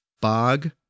bog